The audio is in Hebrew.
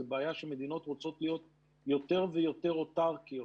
זו בעיה שמדינות רוצות להיות יותר ויותר אוטרקיות.